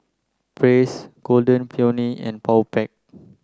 Praise Golden Peony and Powerpac